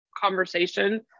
conversation